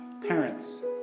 parents